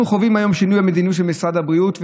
אנחנו חווים היום שינוי במדיניות של משרד הבריאות,